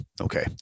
Okay